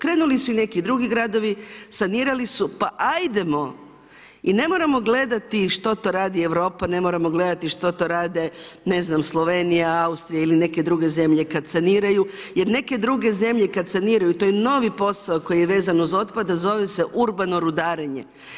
Krenuli su i neki drugi gradovi, sanirali su pa ajdemo i ne moramo gledati što to radi Europa, ne moramo gledati što to rade Slovenija, Austrija ili neke druge zemlje kad saniraju jer neke druge zemlje kad saniraju, to je novi posao koji je vezan uz otpad, a zove se urbano rudarenje.